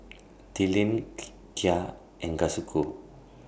Tilden Kaia and Kazuko